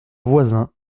voisins